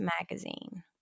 magazine